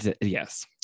Yes